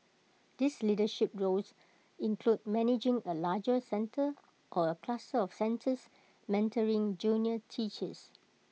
these leadership roles include managing A larger centre or A cluster of centres mentoring junior teachers